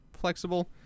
flexible